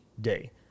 day